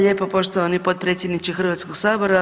lijepo poštovani potpredsjedniče Hrvatskog sabora.